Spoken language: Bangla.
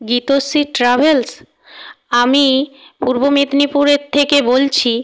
গীতশ্রী ট্র্যাভেলস আমি পূর্ব মেদিনীপুরের থেকে বলছি